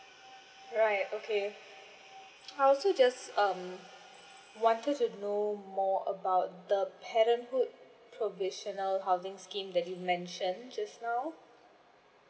right okay I also just um wanted to know more about the parenthood provisional housing scheme that you mentioned just now